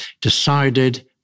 decided